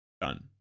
done